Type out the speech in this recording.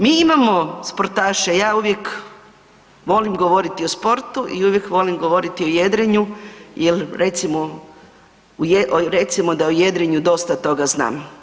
Mi imamo sportaše, ja uvijek volim govoriti o sportu i uvijek volim govoriti o jedrenju jer recimo da u jedrenju dosta toga znam.